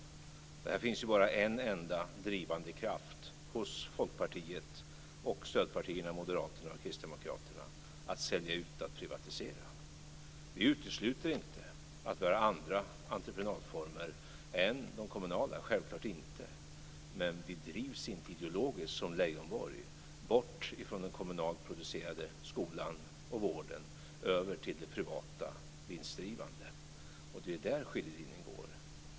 Det finns ju bara en enda drivande kraft hos Folkpartiet och stödpartierna Moderaterna och Kristdemokraterna: att sälja ut och att privatisera. Vi utesluter självklart inte att vi har andra entreprenadformer än de kommunala men vi drivs inte ideologiskt, som Leijonborg, bort från den kommunalt producerade skolan och vården över till det privata, det vinstdrivande. Det är där skiljelinjen går.